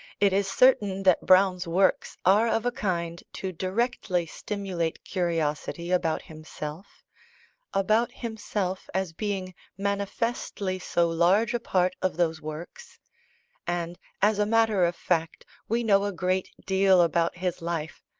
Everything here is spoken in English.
it is certain that browne's works are of a kind to directly stimulate curiosity about himself about himself, as being manifestly so large a part of those works and as a matter of fact we know a great deal about his life,